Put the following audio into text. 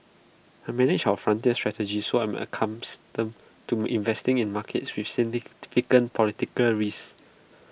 I manage our frontier strategy so I'm accustomed to investing in markets with significant political risk